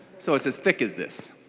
so it's as thick as this.